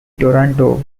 toronto